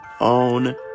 own